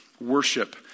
worship